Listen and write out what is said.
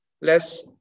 less